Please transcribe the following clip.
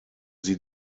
sie